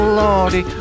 lordy